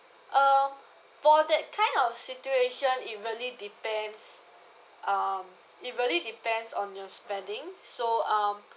uh for that kind of situation it really depends um it really depends on your spending so um